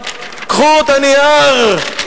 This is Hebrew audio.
קחו את הנייר,